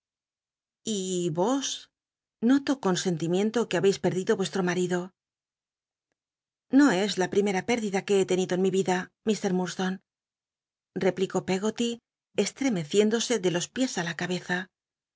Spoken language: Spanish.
y ros noto con sentimiento que habéis perdido vuestro marido i'io es la primera r érd ida que be tenido en mi vida m isto replicó peggoty estremeciéndose de los piés l la ca